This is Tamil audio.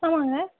ஆமாங்க